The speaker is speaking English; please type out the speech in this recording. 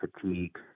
fatigue